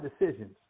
decisions